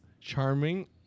Charming